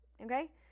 okay